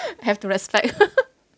have to respect